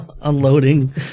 unloading